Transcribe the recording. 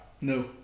No